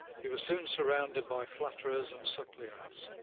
he was soon surrounded by flatterers and suppliants.